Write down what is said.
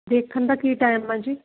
ਦੇਖਣ ਦਾ ਕੀ ਟੈਮ ਹੈ ਜੀ